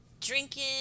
drinking